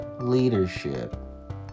leadership